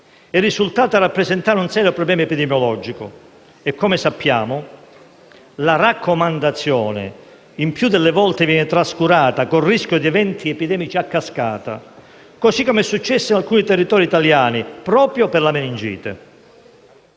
è risultata rappresentare un serio problema epidemiologico e - come sappiamo - la raccomandazione, il più delle volte, viene trascurata, con il rischio di eventi epidemici a cascata, come è successo in alcuni territori italiani, proprio per la meningite.